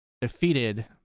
defeated